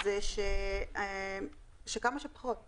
זה כמה שפחות בעצם.